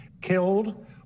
killed